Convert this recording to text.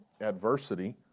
Adversity